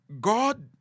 God